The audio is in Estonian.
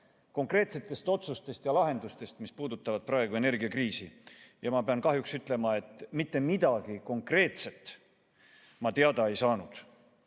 konkreetsetest otsustest ja lahendustest, mis puudutavad praegust energiakriisi. Aga ma pean kahjuks ütlema, et mitte midagi konkreetset ma teada ei saanud.